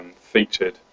featured